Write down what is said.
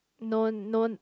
known known